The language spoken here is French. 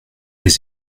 les